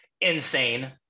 insane